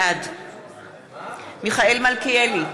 בעד מיכאל מלכיאלי,